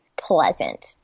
pleasant